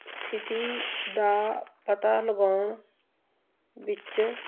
ਸਥਿਤੀ ਦਾ ਪਤਾ ਲਗਾਉਣ ਵਿੱਚ